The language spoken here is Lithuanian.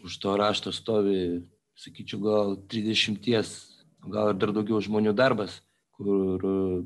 už to rašto stovi sakyčiau gal trisdešimties o gal ir dar daugiau žmonių darbas kur